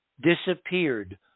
disappeared